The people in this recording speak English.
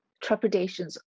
trepidations